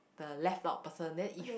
the left out person then if